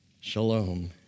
Shalom